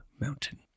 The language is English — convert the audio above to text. Mountain